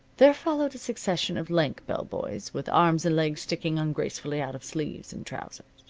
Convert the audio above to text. there followed a succession of lank bell-boys, with arms and legs sticking ungracefully out of sleeves and trousers.